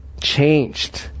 changed